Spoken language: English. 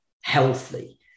healthy